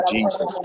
Jesus